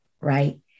Right